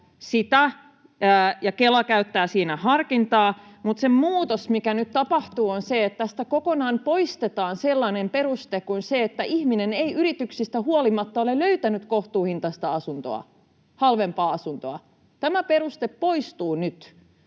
Kela käyttää siinä harkintaa. Mutta se muutos, mikä nyt tapahtuu, on se, että tästä kokonaan poistetaan sellainen peruste kuin se, että ihminen ei yrityksistä huolimatta ole löytänyt kohtuuhintaista asuntoa, halvempaa asuntoa. Tämä peruste poistuu nyt,